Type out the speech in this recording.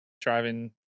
driving